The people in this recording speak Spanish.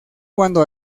cuando